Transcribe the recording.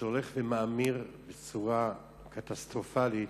המחיר עולה ומאמיר בצורה קטסטרופלית.